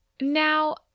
Now